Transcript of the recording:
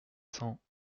cents